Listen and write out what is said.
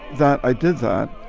that i did that.